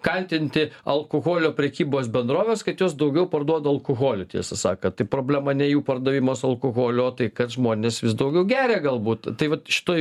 kaltinti alkoholio prekybos bendroves kad jos daugiau parduoda alkoholį tiesą sakant tai problema ne jų pardavimas alkoholio o tai kad žmonės vis daugiau geria galbūt tai vat šitoj